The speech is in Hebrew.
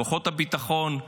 כוחות הביטחון,